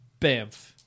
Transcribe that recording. Bamf